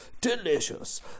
Delicious